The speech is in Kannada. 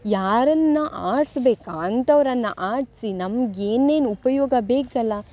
ಯಾರನ್ನು ಆರ್ಸ್ಬೇಕು ಅಂಥವರನ್ನ ಆರಿಸಿ ನಮ್ಗೆ ಏನೇನು ಉಪಯೋಗ ಬೇಕಲ್ಲ